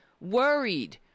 worried